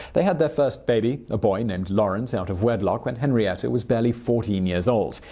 they had their first baby, a boy named lawrence, out of wedlock when henrietta was barely fourteen years old.